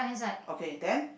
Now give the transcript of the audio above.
okay then